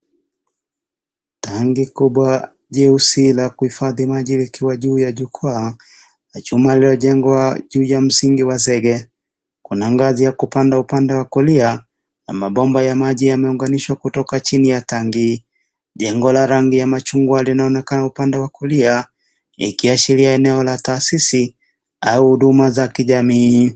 Tangi kubwa jeusi la kuhifadhi maji likiwa juu ya jukwaa la chuma lililojengwa juu ya msingi wa zege. Kuna ngazi ya kupanda upande wa kulia, na mabomba ya maji yameunganishwa kutoka chini ya tangi. Jengo la rangi ya machungwa linaonekana upande wa kulia, ikiashiria eneo la taasisi au huduma za kijamii.